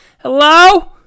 hello